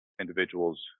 individuals